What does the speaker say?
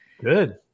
Good